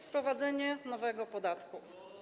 Wprowadzenie nowego podatku.